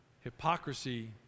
Hypocrisy